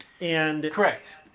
Correct